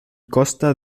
costa